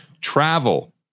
travel